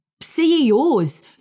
ceos